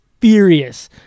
furious